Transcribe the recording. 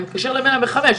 אני מתקשר ל-105.